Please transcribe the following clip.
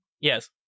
Yes